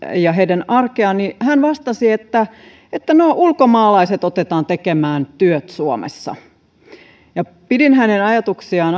ja heidän arkeaan hän vastasi että että no ulkomaalaiset otetaan tekemään työt suomessa pidin hänen ajatuksiaan